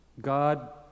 God